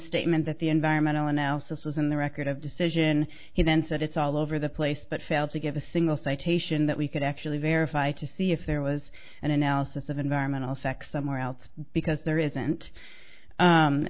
statement that the environmental analysis was in the record of decision he then said it's all over the place but failed to give a single citation that we could actually verify to see if there was an analysis of environmental effects somewhere else because there isn't